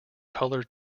color